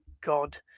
God